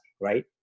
right